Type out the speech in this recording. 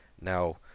now